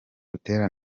butera